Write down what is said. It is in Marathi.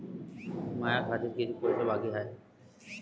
माया खात्यात कितीक पैसे बाकी हाय?